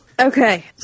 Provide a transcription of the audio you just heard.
Okay